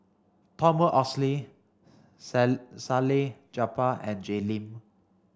Thomas Oxley Salleh Japar and Jay Lim